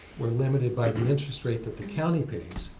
we're limited by the interest rate that the county pays.